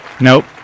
Nope